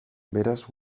beraz